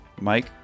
Mike